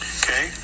okay